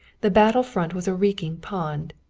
the battle front was a reeking pond.